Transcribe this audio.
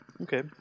okay